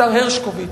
השר הרשקוביץ.